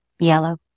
Yellow